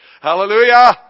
Hallelujah